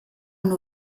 nur